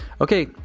Okay